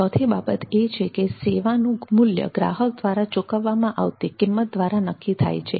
ચોથી બાબત એ છે કે સેવાનું મૂલ્ય ગ્રાહક દ્વારા ચૂકવવામાં આવતી કિંમત દ્વારા નક્કી થાય છે